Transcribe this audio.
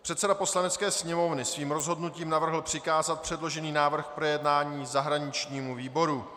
Předseda Poslanecké sněmovny svým rozhodnutím navrhl přikázat předložený návrh k projednání zahraničnímu výboru.